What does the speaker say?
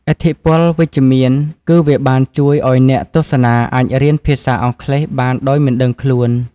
ឥទ្ធិពលវិជ្ជមានគឺវាបានជួយឱ្យអ្នកទស្សនាអាចរៀនភាសាអង់គ្លេសបានដោយមិនដឹងខ្លួន។